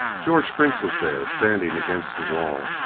george prince was there, standing against the wall,